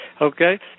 Okay